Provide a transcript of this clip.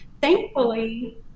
thankfully